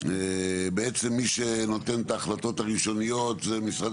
בעצם מי שנותן את ההחלטות הראשוניות זה משרד